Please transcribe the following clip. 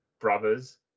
brothers